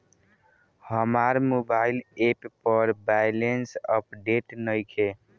हमार mobile app पर balance update नइखे